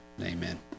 Amen